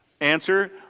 Answer